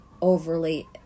overly